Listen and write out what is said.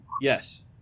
Yes